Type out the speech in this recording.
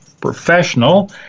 professional